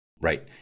Right